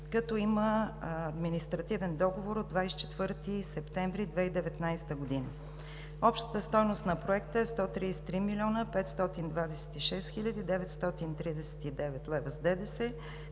като има административен договор от 24 септември 2019 г. Общата стойност на Проекта е 133 мил. 526 хил. 939 лв. с ДДС,